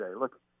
Look